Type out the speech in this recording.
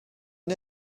une